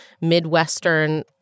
Midwestern